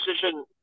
decision